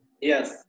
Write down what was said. Yes